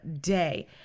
day